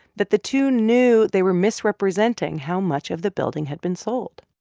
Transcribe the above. that the two knew they were misrepresenting how much of the building had been sold